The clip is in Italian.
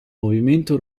movimento